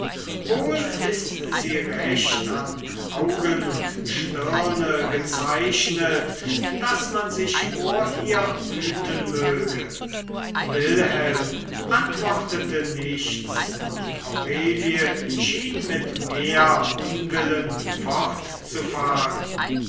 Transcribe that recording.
wohl ist sie recht an augen und stirne gezeichnet daß man sich vor ihr hüten möge wilhelm antwortete nichts und aurelie schien mit mehr unwillen fortzufahren